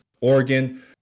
Oregon